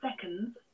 seconds